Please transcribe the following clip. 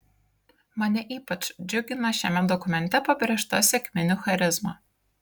mane ypač džiugina šiame dokumente pabrėžta sekminių charizma